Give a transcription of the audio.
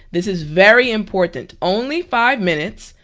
this is very important, only five minutes,